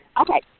Okay